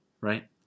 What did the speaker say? Right